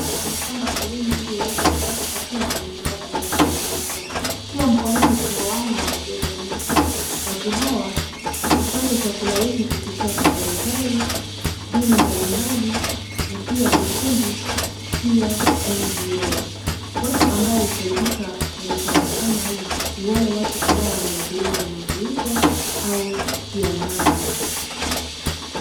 Hawa wamepanga foleni ili waweze kupata chakula cha msaada ambacho wameletewa, pia mkononi tunawaona wamebeba neti, watu hawa hupata chakula hiki kupitia kwa serikali, dini mbalimbali na pia vikundi pia (cs)NGO's(cs) watu ambao husaidika na misaada kama hii ni wale watu ambao wameadhiriwa na mafuriko au kiangazi.